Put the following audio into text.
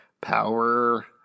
Power